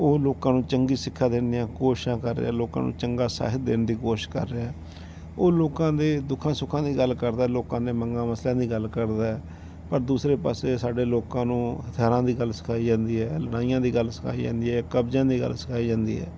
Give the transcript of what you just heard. ਉਹ ਲੋਕਾਂ ਨੂੰ ਚੰਗੀ ਸਿੱਖਿਆ ਦੇਣ ਦੀਆਂ ਕੋਸ਼ਿਸ਼ਾਂ ਕਰ ਰਿਹਾ ਲੋਕਾਂ ਨੂੰ ਚੰਗਾ ਸਾਹਿਤ ਦੇਣ ਦੀ ਕੋਸ਼ਿਸ਼ ਕਰ ਰਿਹਾ ਉਹ ਲੋਕਾਂ ਦੇ ਦੁੱਖਾਂ ਸੁੱਖਾਂ ਦੀ ਗੱਲ ਕਰਦਾ ਲੋਕਾਂ ਦੇ ਮੰਗਾਂ ਮਸਲਿਆਂ ਦੀ ਗੱਲ ਕਰਦਾ ਪਰ ਦੂਸਰੇ ਪਾਸੇ ਸਾਡੇ ਲੋਕਾਂ ਨੂੰ ਹਥਿਆਰਾਂ ਦੀ ਗੱਲ ਸਿਖਾਈ ਜਾਂਦੀ ਹੈ ਲੜਾਈਆਂ ਦੀ ਗੱਲ ਸਿਖਾਈ ਜਾਂਦੀ ਹੈ ਕਬਜਿਆਂ ਦੀ ਗੱਲ ਸਿਖਾਈ ਜਾਂਦੀ ਹੈ